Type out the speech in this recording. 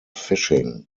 fishing